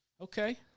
okay